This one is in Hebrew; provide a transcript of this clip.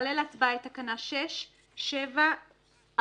שתעלה להצבעה את תקנה 6, ו-7(א).